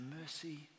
mercy